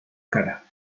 cara